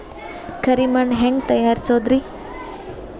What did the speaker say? ಕರಿ ಮಣ್ ಹೆಂಗ್ ತಯಾರಸೋದರಿ?